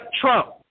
trump